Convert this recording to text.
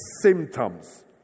symptoms